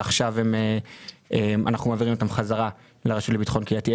ועכשיו אנחנו מעבירים אותם חזרה לרשות לביטחון קהילתי,